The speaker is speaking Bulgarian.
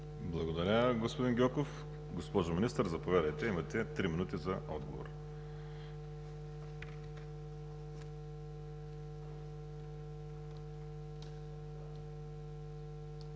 Благодаря, господин Гьоков. Госпожо Министър, заповядайте. Имате три минути за отговор.